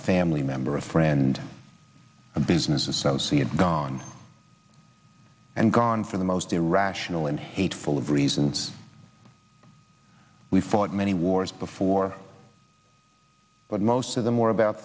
family member a friend a business associate gone and gone for the most irrational and hateful of reasons we fought many wars before but most of the more about